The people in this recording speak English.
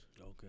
Okay